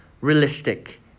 realistic